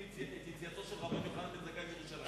את יציאתו של רבן יוחנן בן זכאי מירושלים.